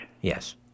Yes